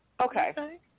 Okay